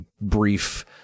brief